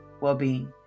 well-being